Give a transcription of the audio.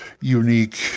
unique